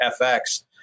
FX